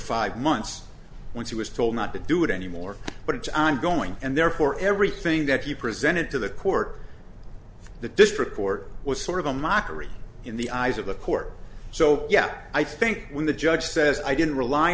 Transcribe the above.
five months when he was told not to do it anymore but it's ongoing and therefore everything that he presented to the court the district court was sort of a mockery in the eyes of the court so yeah i think when the judge says i didn't rely